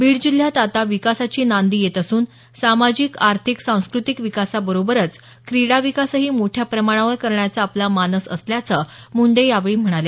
बीड जिल्ह्यात आता विकासाची नांदी येत असून सामाजिक आर्थिक सांस्कृतिक विकासाबरोबरच क्रीडाविकासही मोठ्या प्रमाणावर करण्याचा आपला मानस असल्याचं मूंडे यावेळी म्हणाल्या